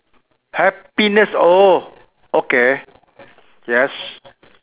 happiness oh okay yes